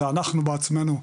זה אנחנו בעצמנו,